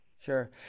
Sure